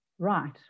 right